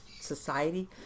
society